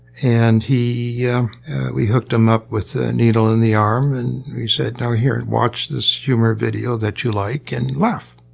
and yeah we hooked him up with a needle in the arm and we said, now here and watch this humor video that you like and laugh.